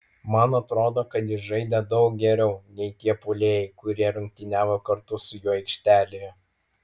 man atrodo kad jis žaidė daug geriau nei tie puolėjai kurie rungtyniavo kartu su juo aikštėje